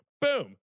Boom